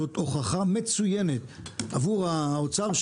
זו הוכחה מצוינת עבור האוצר,